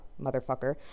Motherfucker